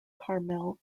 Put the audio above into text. carmel